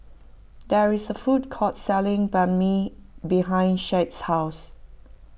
there is a food court selling Banh Mi behind Shad's house